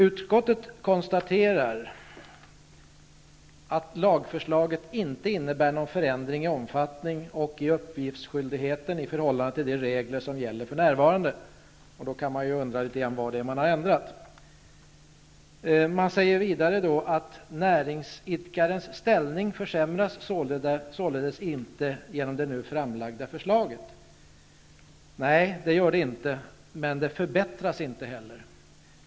Utskottet konstaterar att ''lagförslaget inte innebär någon förändring i omfattningen i uppgiftsskyldigheten i förhållande till de regler som gäller för närvarande''. Då kan man undra litet grand över vad det är som man har ändrat. Vidare sägs: ''Näringsidkarnas ställning försämras således inte genom det nu framlagda förslaget.'' Nej, det gör den inte, men den förbättras inte heller.